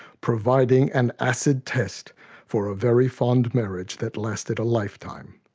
providing an acid test for a very fond marriage that lasted a lifetime.